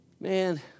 Man